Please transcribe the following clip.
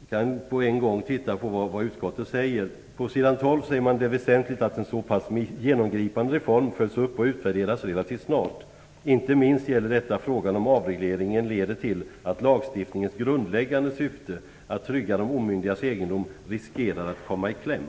Vi kan på en gång titta på vad utskottet säger. På s. 12 i betänkandet säger man att: "Det är väsentligt att en så pass genomgripande reform följs upp och utvärderas relativt snart. Inte minst gäller detta frågan om avregleringen leder till att lagstiftningens grundläggande syfte att trygga de omyndigas egendom riskerar att komma i kläm.